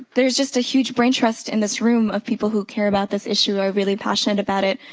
there's just a huge brain trust in this room of people who care about this issue or really passionate about it.